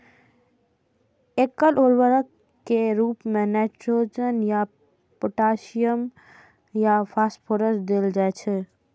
एकल उर्वरक के रूप मे नाइट्रोजन या पोटेशियम या फास्फोरस देल जाइ छै